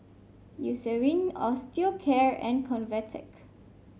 Eucerin Osteocare and Convatec